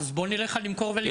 אז בוא נראה איך למכור ולקנות.